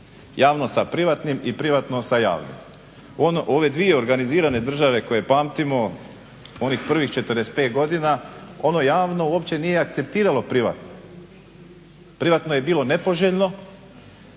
Javno sa privatnim i privatno sa javnim. One dvije organizirane države koje pamtimo, onih prvih 45 godina ono javno uopće nije akceptiralo privatno. Privatno je bilo nepoželjno